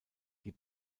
die